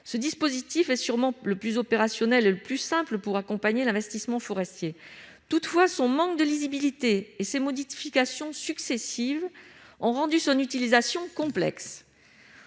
simple, est également très opérationnel pour accompagner l'investissement forestier. Toutefois, son manque de lisibilité et ses modifications successives ont rendu son utilisation complexe.